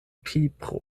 pipro